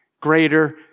greater